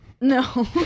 No